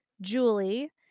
Julie